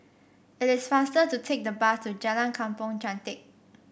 it is faster to take the bus to Jalan Kampong Chantek